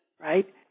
right